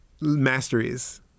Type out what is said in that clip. masteries